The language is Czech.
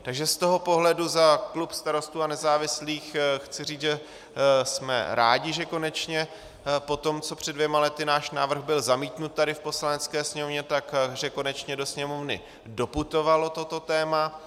Takže z toho pohledu za klub Starostů a nezávislých chci říct, že jsme rádi, že konečně poté, co před dvěma lety náš návrh byl zamítnut tady v Poslanecké sněmovně, konečně do Sněmovny doputovalo toto téma.